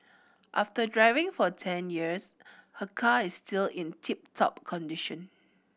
after driving for ten years her car is still in tip top condition